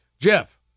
Jeff